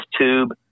tube